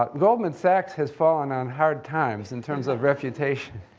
but goldman sachs has fallen on hard times in terms of reputation,